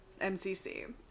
MCC